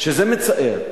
וזה מצער.